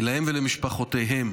להם ולמשפחותיהם.